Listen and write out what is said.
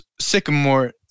Sycamore